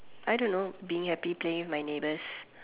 I don't know being happy playing with my neighbors